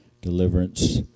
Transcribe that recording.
Deliverance